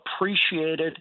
appreciated